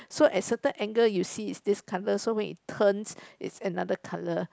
so at certain angle you see is this colour so when you turn is another colour